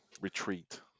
retreat